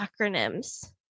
acronyms